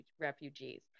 refugees